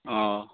অঁ